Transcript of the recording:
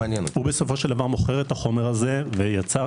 הוא בסופו של דבר מוכר את החומר הזה וייצרנו